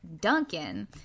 Duncan